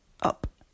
up